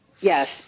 Yes